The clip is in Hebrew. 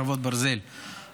חרבות ברזל) (תיקון),